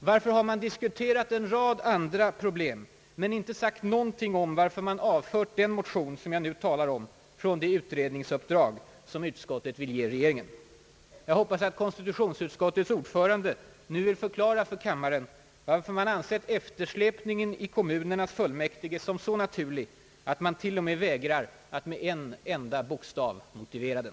Varför har man diskuerat en rad andra problem men inte sagt någonting om skälen till att man avfört den motion, som jag nu talar om, från det utredningsuppdrag som utskottet vill ge regeringen? Jag hoppas att konstitutionsutskottets ordförande nu vill förklara för kammaren varför man ansett eftersläpningen i kommunernas fullmäktige som så naturlig att man t. o, m, vägrar att med en enda bokstav motivera den.